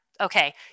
Okay